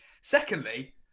Secondly